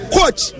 Coach